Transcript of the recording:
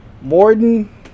morden